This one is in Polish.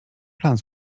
plan